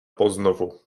poznovu